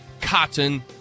cotton